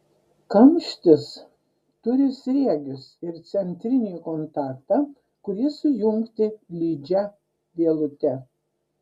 kamštis turi sriegius ir centrinį kontaktą kurie sujungti lydžia vielute